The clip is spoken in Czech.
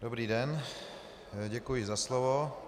Dobrý den, děkuji za slovo.